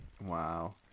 Wow